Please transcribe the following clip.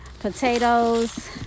potatoes